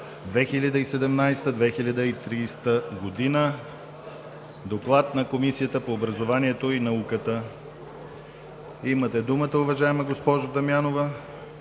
2017 - 2030 Г. Доклад на Комисията по образованието и науката. Имате думата, уважаема госпожо Дамянова